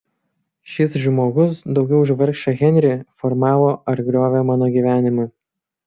šis žmogus daugiau už vargšą henrį formavo ar griovė mano gyvenimą